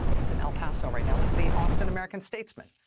that's in el paso right now. look at the austin american statesman.